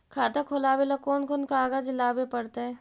खाता खोलाबे ल कोन कोन कागज लाबे पड़तै?